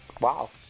Wow